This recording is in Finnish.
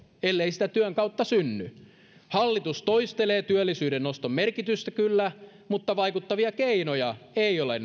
ellei sitä työn kautta synny hallitus toistelee työllisyyden noston merkitystä mutta vaikuttavia keinoja ei ole